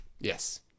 Yes